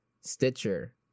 Stitcher